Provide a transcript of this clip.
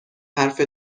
حرف